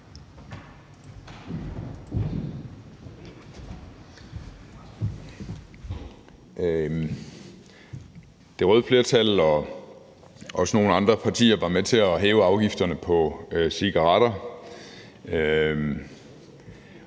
Det røde flertal og også nogle andre partier var med til at hæve afgifterne på cigaretter.